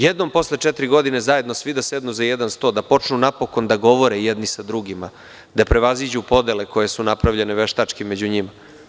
Jednom posle četiri godine zajedno svi da sednu za jedan sto, da počnu napokon da govore jedni sa drugima, da prevaziđu podele koje su napravljene veštački među njima.